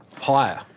higher